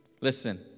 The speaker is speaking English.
Listen